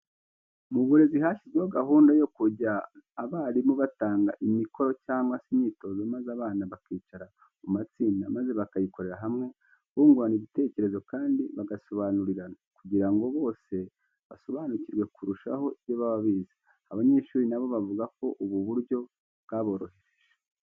Mu burezi hashyizweho gahunda yo kujya abarimu batanga imikoro cyangwa se imyitozo maze abana bakicara mu matsinda maze bakayikorera hamwe, bungurana ibitecyerezo kandi bagasobanurirana kugira ngo bose basobanukirwe kurushaho ibyo baba bize. Abanyeshuri na bo bavuga ko ubu buryo bwaborohereje.